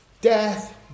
Death